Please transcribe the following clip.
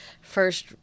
first